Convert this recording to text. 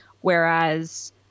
Whereas